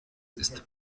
ist